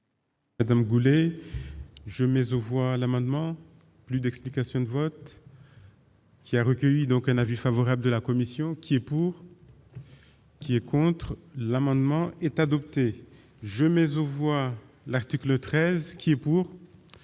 Madame Goulet je mais au voile amendements plus d'explications de vote. Qui a recueilli donc un avis favorable de la commission qui est pour, qui est contre l'amendement est adopté je mais on voit l'article 13 qui est pour,